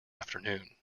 afternoon